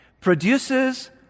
produces